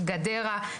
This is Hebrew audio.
גדרה,